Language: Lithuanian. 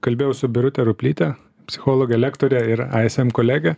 kalbėjau su birute ruplyte psichologe lektore ir ism kolege